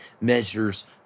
measures